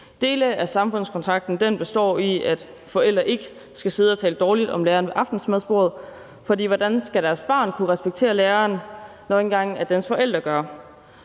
Dele af samfundskontrakten består i, at forældre ikke skal sidde og tale dårligt om læreren ved middagsbordet, for hvordan skal deres barn kunne respektere læreren, når deres forældre ikke